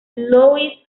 louise